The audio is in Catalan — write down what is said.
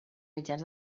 mitjans